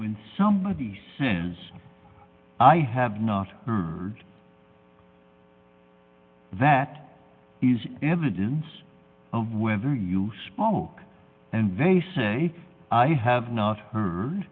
when somebody says i have not earned that is evidence of whether you smoke and they say i have not heard